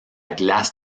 glace